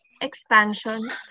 expansion